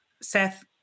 Seth